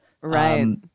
right